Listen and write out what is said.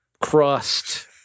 crust